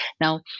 Now